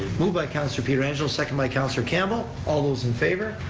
moved by councilor pietrangelo, seconded by councilor campbell, all those in favor?